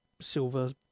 silver